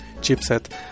chipset